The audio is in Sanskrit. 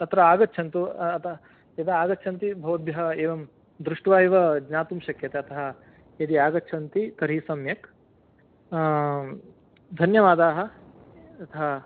तत्र आगन्छन्तु यदा आगच्छन्ति भवत्भ्यः एवं दृष्ट्वा एव ज्ञातुं शक्यते अतः यदि आगच्छन्ति तर्हि सम्यक् धन्यवादाः तथा